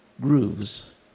grooves